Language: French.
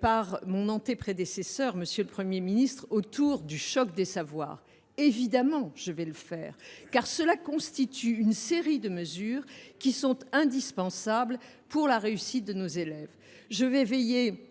par mon anté prédécesseur, M. le Premier ministre, autour du choc des savoirs. Évidemment, je vais le faire, car cela constitue une série de mesures qui sont indispensables pour la réussite de nos élèves. Je veillerai,